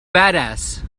badass